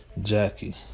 Jackie